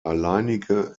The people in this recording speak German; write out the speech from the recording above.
alleinige